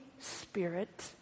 Spirit